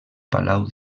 palau